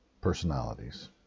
personalities